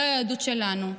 לא היהדות שלנו.